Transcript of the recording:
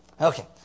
Okay